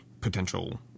potential